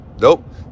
Nope